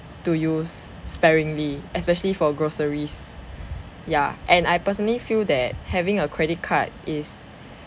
to use sparingly especially for groceries ya and I personally feel that having a credit card is